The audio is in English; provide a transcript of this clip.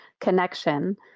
connection